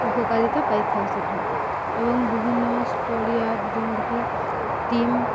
ଉପକାରିତା ପାଇଥାଉ ସେଠୁ ଏବଂ ବିଭିନ୍ନ ଷ୍ଟଡ଼ି ଆପ୍ ଯେମିତିକି ଟିମ୍